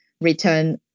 return